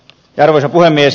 arvoisa puhemies